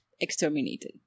exterminated